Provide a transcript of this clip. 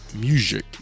music